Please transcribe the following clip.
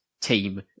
team